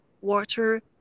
water